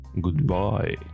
Goodbye